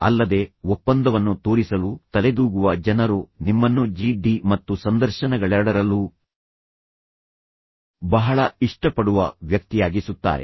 ಅಲ್ಲದೆ ಒಪ್ಪಂದವನ್ನು ತೋರಿಸಲು ತಲೆದೂಗುವ ಜನರು ನಿಮ್ಮನ್ನು ಜಿ ಡಿ ಮತ್ತು ಸಂದರ್ಶನಗಳೆರಡರಲ್ಲೂ ಬಹಳ ಇಷ್ಟಪಡುವ ವ್ಯಕ್ತಿಯಾಗಿಸುತ್ತಾರೆ